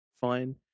fine